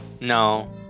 No